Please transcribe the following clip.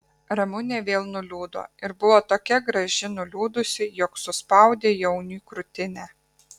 ramunė vėl nuliūdo ir buvo tokia graži nuliūdusi jog suspaudė jauniui krūtinę